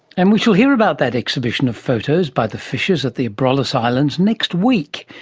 and we shall hear about that exhibition of photos by the fishers at the abrolhos islands next week.